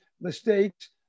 mistakes